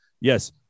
yes